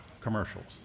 commercials